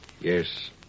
Yes